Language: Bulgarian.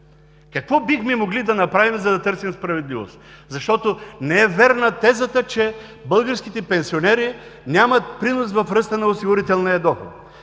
Какво бихме могли да направим, за да търсим справедливост, защото не е вярна тезата, че българските пенсионери нямат принос в ръста на осигурителния доход?